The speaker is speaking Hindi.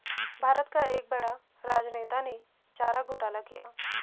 भारत का एक बड़ा राजनेता ने चारा घोटाला किया